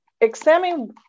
examine